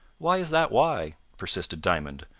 why is that why? persisted diamond,